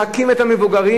מחקים את המבוגרים.